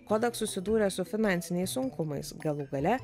kodak susidūrė su finansiniais sunkumais galų gale